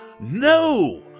No